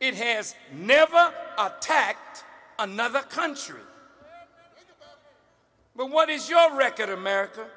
it has never tact another country but what is your record america